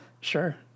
Sure